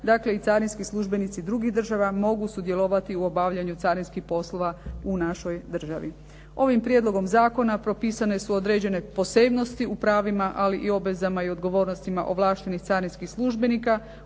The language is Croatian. dakle i carinski službenici drugih država mogu sudjelovati u obavljanju carinskih poslova u našoj državi. Ovim prijedlogom zakona propisane su određene posebnosti u pravima, ali i obvezama i odgovornostima ovlaštenih carinskih službenika,